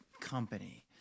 company